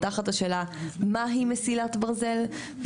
תחת השאלה מהי מסילת ברזל.